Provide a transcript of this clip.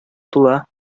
тула